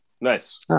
Nice